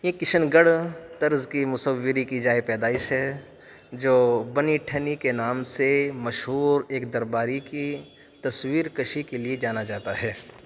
یہ کشن گڑھ طرز کی مصوری کی جائے پیدائش ہے جو بنی ٹھنی کے نام سے مشہور ایک درباری کی تصویر کشی کے لیے جانا جاتا ہے